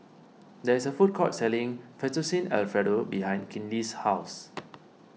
there is a food court selling Fettuccine Alfredo behind Kinley's house